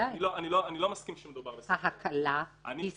אלה המקרים שבהם הענישה נותנת ביטוי הולם למצב הקיים,